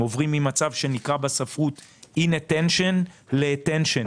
הם עוברים ממצב שנקרא בספרות "inattention" ל-"attention".